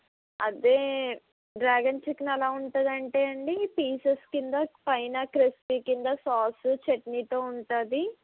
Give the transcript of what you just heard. అదే dragon chicken ఎలా ఉంటుందంటే అండీ పీసెస్ క్రింద పైన క్రిస్పీ క్రింద సాస్ చట్నీతో ఉంటుంది